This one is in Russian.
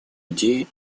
идеи